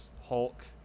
Hulk